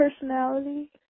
personality